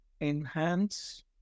enhance